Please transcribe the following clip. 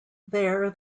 there